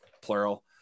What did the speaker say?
plural